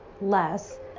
less